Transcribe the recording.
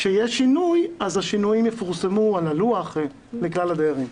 כשיש שינוי אז השינויים יפורסמו על הלוח לכלל הדיירים.